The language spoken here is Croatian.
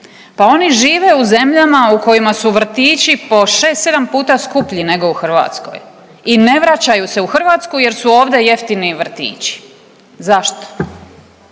pa oni žive u zemljama u kojima su vrtići po 6-7 puta skuplji nego u Hrvatskoj i ne vraćaju se u Hrvatsku jer su ovdje jeftini vrtići. Zašto?